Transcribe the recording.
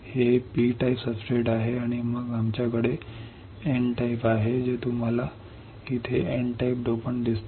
हे P type substrate आहे आणि मग आमच्याकडे N टाइप आहे जे तुम्हाला इथे N टाइप डोपंट दिसते